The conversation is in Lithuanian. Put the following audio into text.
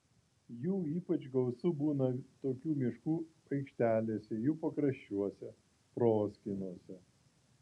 jų ypač gausu būna tokių miškų aikštelėse jų pakraščiuose proskynose